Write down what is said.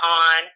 on